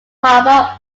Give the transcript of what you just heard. harbour